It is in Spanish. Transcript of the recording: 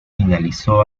finalizó